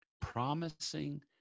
promising